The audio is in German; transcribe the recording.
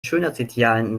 schönheitsidealen